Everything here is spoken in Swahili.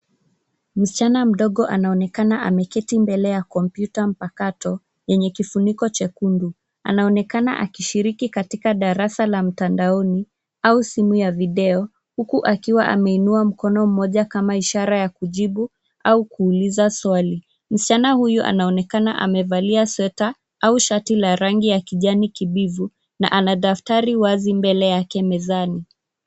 Msichana mdogo anaonekana ameketi mbele ya kompyuta mpakato yenye kifuniko jekundu. Anaonekana akishiriki katika darasa la mtandaoni au simu ya video huku akiwa ameinua mkono moja kama ishara ya kujibu au kuuliza swali. Msichana huyo anaonekana amevalia sweta au shati la rangi ya kijani kibivu na ana daftari wazi mbele yake mezani.